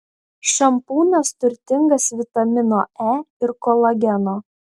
šampūnas turtingas vitamino e ir kolageno